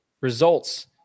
results